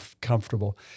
comfortable